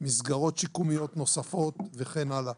מסגרות שיקומיות נוספות וכן הלאה.